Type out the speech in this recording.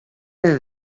and